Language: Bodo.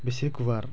बेसे गुवार